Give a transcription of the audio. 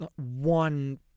one